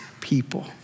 people